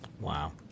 Wow